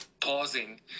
pausing